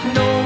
no